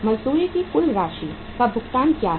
मजदूरी की कुल राशि का भुगतान क्या है